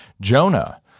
Jonah